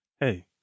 Hey